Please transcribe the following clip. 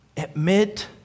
Admit